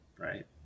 right